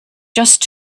just